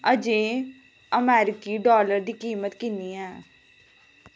अजें अमरीकी डॉलर दी कीमत किन्नी ऐ